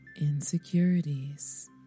insecurities